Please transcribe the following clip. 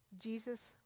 Jesus